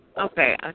Okay